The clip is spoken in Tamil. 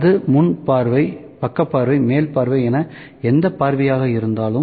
அது முன் பார்வை பக்க பார்வை மேல் பார்வை என எந்த பார்வையாகவும் இருக்கலாம்